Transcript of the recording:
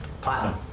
Platinum